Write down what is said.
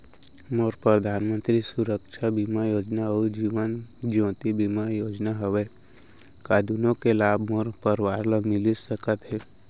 मोर परधानमंतरी सुरक्षा बीमा योजना अऊ जीवन ज्योति बीमा योजना हवे, का दूनो के लाभ मोर परवार ल मिलिस सकत हे?